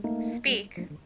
speak